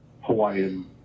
hawaiian